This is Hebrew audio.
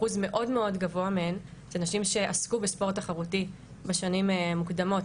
אחוז מאוד גבוה מהן זה נשים שעסקו בספורט תחרותי בשנים מוקדמות,